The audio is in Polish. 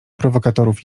prowokatorów